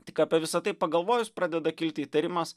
tik apie visa tai pagalvojus pradeda kilti įtarimas